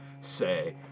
say